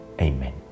Amen